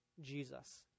Jesus